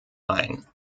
ein